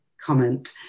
comment